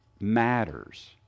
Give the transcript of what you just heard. matters